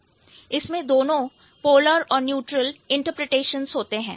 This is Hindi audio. इसमें दोनों पोलर और न्यूट्रल इंटरप्रिटेशंस होते हैं